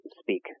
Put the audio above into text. speak